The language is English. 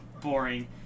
boring